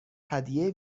هدیه